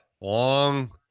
long